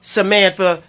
Samantha